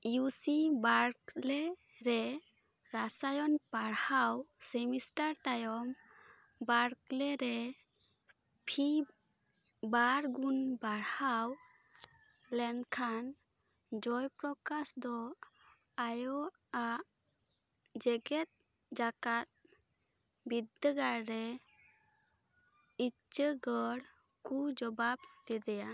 U C Berkeley ᱨᱮ ᱨᱟᱥᱟᱭᱚᱱ ᱯᱟᱲᱦᱟᱣ ᱥᱮᱢᱤᱥᱴᱟᱨ ᱛᱟᱭᱚᱢ ᱵᱟᱨᱠᱞᱮ ᱨᱮ ᱯᱷᱤ ᱵᱟᱨ ᱜᱩᱱ ᱵᱟᱲᱦᱟᱣ ᱞᱮᱱᱠᱷᱟᱱ ᱡᱚᱭ ᱯᱨᱚᱠᱟᱥ ᱫᱚ ᱟᱭᱟᱜ ᱡᱮᱜᱮᱫ ᱡᱟᱠᱟᱛ ᱵᱤᱫᱽᱫᱟᱹᱜᱟᱲᱨᱮ ᱩᱪᱟᱹᱲᱚᱜ ᱠᱚ ᱡᱚᱵᱟᱵᱽ ᱞᱮᱫᱮᱭᱟ